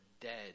dead